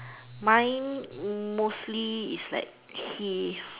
mine mm mostly is like he